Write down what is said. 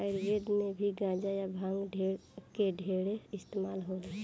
आयुर्वेद मे भी गांजा आ भांग के ढेरे इस्तमाल होला